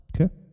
Okay